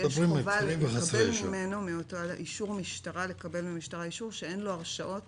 יש חובה לקבל מהמשטרה אישור שאין לו הרשעות